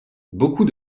beaucoup